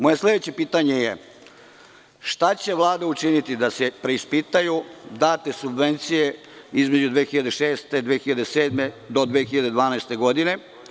Moje sledeće pitanje je – šta će Vlada učiniti da se preispitaju date subvencije između 2006, 2007, do 2012. godine?